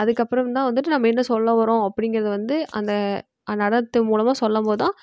அதுக்கப்புறம் தான் வந்துட்டு நம்ம என்ன சொல்ல வரோம் அப்படிங்கிறத வந்து அந்த நடனத்தின் மூலமாக சொல்லும் போது தான்